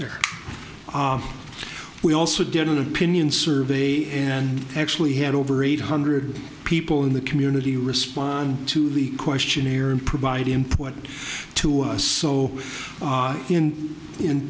there we also did an opinion survey and actually had over eight hundred people in the community respond to the questionnaire and provide important to us so